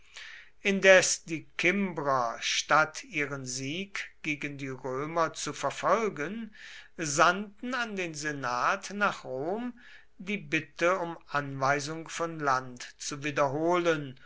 indes die kimbrer statt ihren sieg gegen die römer zu verfolgen sandten an den senat nach rom die bitte um anweisung von land zu wiederholen